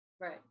Right